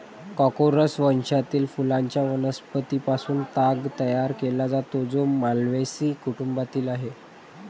Corchorus वंशातील फुलांच्या वनस्पतीं पासून ताग तयार केला जातो, जो माल्व्हेसी कुटुंबातील आहे